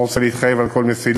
אני לא רוצה להתחייב על כל מסילה.